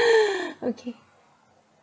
okay